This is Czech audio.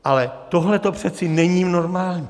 Ale tohle přeci není normální.